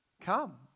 come